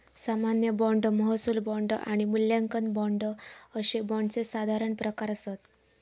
सामान्य बाँड, महसूल बाँड आणि मूल्यांकन बाँड अशे बाँडचे साधारण प्रकार आसत